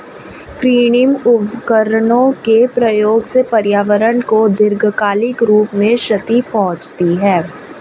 कृत्रिम उर्वरकों के प्रयोग से पर्यावरण को दीर्घकालिक रूप से क्षति पहुंचती है